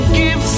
give